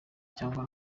cyangwa